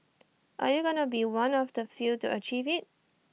are you gonna be one of the few to achieve IT